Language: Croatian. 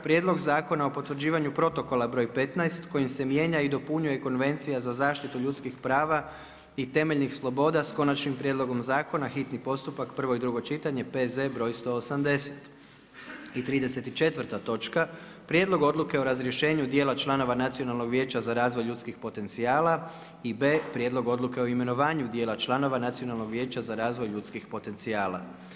Prijedlog zakona o potvrđivanju protokola br. 15. kojim se mijenja i dopunjuje Konvencija za zaštitu ljudskih prava i temeljnih sloboda s konačnim prijedlogom zakona, hitni postupak, prvo i drugo čitanje, P.Z. br. 180. 34. a) Prijedlog odluke o razrješenju dijela članova Nacionalnog vijeća za razvoj ljudskih potencijala. b) Prijedlog odluke o imenovanju dijela članova Nacionalnog vijeća za razvoj ljudskih potencijala.